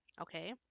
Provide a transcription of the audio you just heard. okay